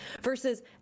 versus